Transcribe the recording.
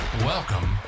Welcome